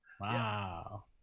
Wow